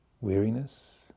weariness